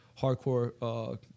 hardcore